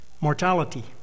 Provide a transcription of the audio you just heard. mortality